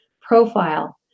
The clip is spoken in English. profile